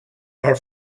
our